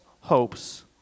hopes